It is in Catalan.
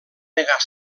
negar